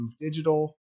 digital